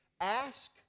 ask